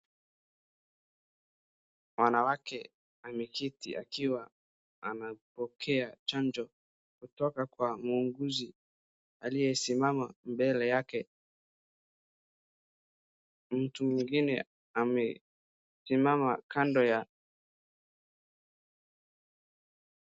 Wanawake ameketi akiwa anapokea chanjo kutoka kwa muuguzi aliyesimama mbele yake mtu mwingine amesimama kando ya.